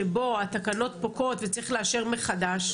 שבו התקנות פוקעות וצריך לאשר מחדש.